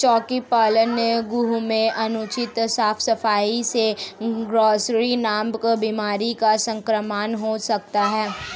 चोकी पालन गृह में अनुचित साफ सफाई से ग्रॉसरी नामक बीमारी का संक्रमण हो सकता है